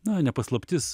na ne paslaptis